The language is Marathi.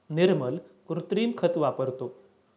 निर्मल कृत्रिम खत वापरतो